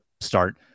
start